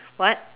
what